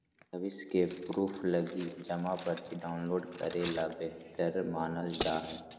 भविष्य के प्रूफ लगी जमा पर्ची डाउनलोड करे ल बेहतर मानल जा हय